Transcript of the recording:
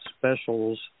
specials